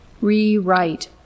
Rewrite